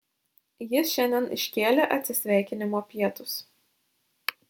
jis šiandien iškėlė atsisveikinimo pietus